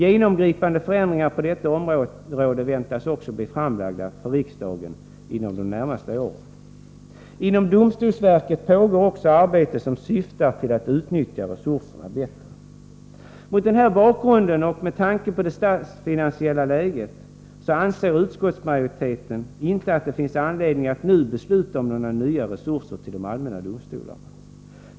Genomgripande förändringar på detta område väntas bli framlagda för riksdagen inom de närmaste åren. Inom domstolsverket pågår också arbete som syftar till att utnyttja resurserna bättre. Mot denna bakgrund och med tanke på det statsfinansiella läget anser utskottsmajoriteten inte att det finns anledning att nu besluta om några resurser till de allmänna domstolarna.